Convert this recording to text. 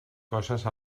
coses